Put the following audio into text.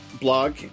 blog